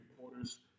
reporters